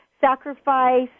sacrifice